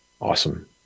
Awesome